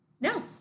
No